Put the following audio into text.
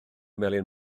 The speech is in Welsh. melyn